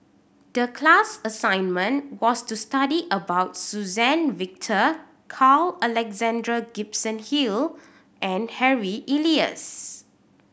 the class assignment was to study about Suzann Victor Carl Alexander Gibson Hill and Harry Elias